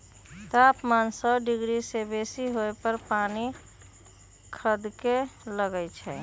तापमान सौ डिग्री से बेशी होय पर पानी खदके लगइ छै